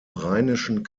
rheinischen